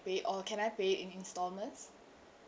pay all can I pay in instalments